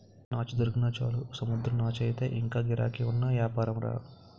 నాచు దొరికినా చాలు సముద్రం నాచయితే ఇంగా గిరాకీ ఉన్న యాపారంరా